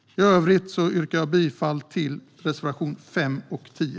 I övrigt yrkar jag bifall till reservationerna 5 och 10.